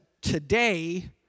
today